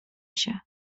się